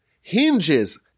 hinges